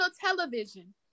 television